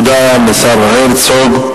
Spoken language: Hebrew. תודה לשר הרצוג.